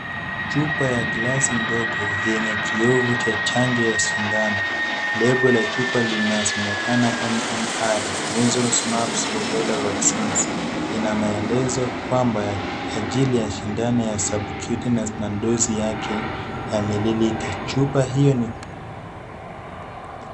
Chupa ya glasi ndogo yenye kioevu cha chanjo ya sindano. Lebo ya chupa linasemekana MMR, measles, mumps, rubella vaccines . Ina maelezo kwamba ajili ya sindano ya subcutaneous na dozi yake ya mililita. Chupa hiyo ni.